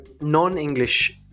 non-english